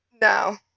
No